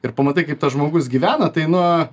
ir pamatai kaip tas žmogus gyvena tai na